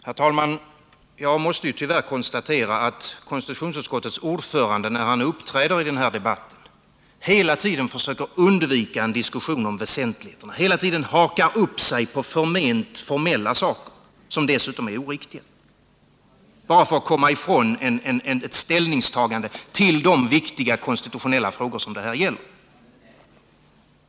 Herr talman! Jag måste tyvärr konstatera att konstitutionsutskottets ordförande när han uppträder i den här debatten hela tiden försöker undvika en diskussion om väsentligheter och hela tiden hakar upp sig på förment formella saker — som dessutom är oriktiga — bara för att komma ifrån ett ställningstagande till de viktiga konstitutionella frågor det här gäller.